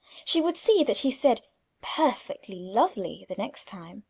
she would see that he said perfectly lovely, the next time,